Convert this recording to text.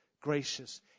gracious